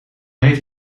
heeft